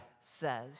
says